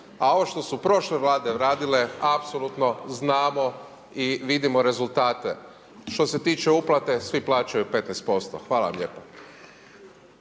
A ovo što su prošle vlade radile apsolutno znamo i vidimo rezultate. Što se tiče uplate, svi plaćaju 15%. Hvala vam lijepa.